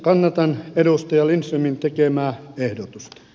kannatan edustaja lindströmin tekemää ehdotusta